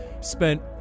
spent